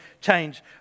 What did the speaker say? change